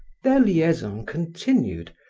their liaison continued,